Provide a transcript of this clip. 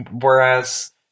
Whereas